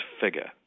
figure